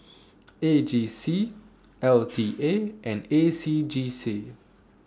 A G C L T A and A C J C